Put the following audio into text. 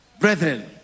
Brethren